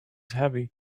heavy